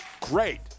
great